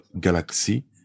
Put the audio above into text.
galaxy